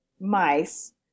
mice